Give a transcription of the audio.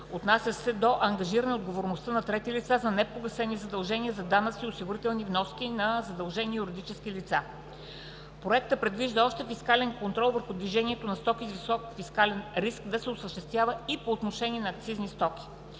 отнасящ се до ангажиране на отговорност на трети лица за непогасени задължения за данъци и осигурителни вноски на задължени юридически лица. Проектът предвижда още фискален контрол върху движението на стоки с висок фискален риск да се осъществява и по отношение на акцизни стоки.